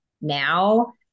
now